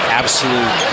absolute